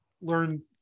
learn